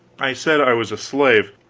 i said i was a slave,